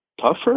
tougher